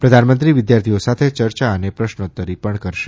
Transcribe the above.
પ્રધાનમંત્રી વિદ્યાર્થીઓ સાથે ચર્ચા અને પ્રશ્રોત્તરી પણ કરશે